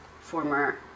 former